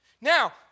Now